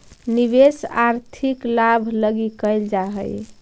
निवेश आर्थिक लाभ लगी कैल जा हई